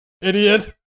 Idiot